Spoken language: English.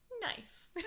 nice